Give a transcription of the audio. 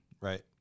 Right